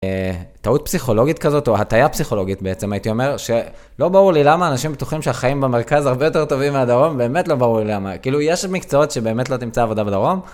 טעות פסיכולוגית כזאת, או הטיה פסיכולוגית בעצם, הייתי אומר, שלא ברור לי למה אנשים בטוחים שהחיים במרכז הרבה יותר טובים מהדרום, באמת לא ברור לי למה. כאילו, יש מקצועות שבאמת לא תמצא עבודה בדרום,